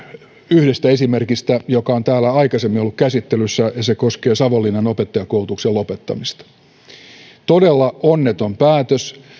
yhdestä esimerkistä joka on täällä aikaisemmin ollut käsittelyssä ja se koskee savonlinnan opettajakoulutuksen lopettamista se oli todella onneton päätös